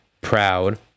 proud